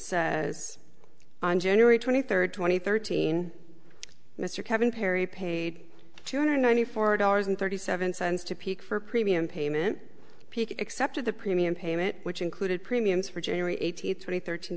says on january twenty third two thousand and thirteen mr kevin perry paid two hundred ninety four dollars and thirty seven cents to peak for premium payment peak except of the premium payment which included premiums for january eighteenth twenty thirteen